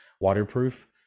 waterproof